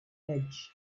edge